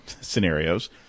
scenarios